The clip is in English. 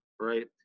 right